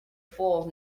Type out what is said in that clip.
fool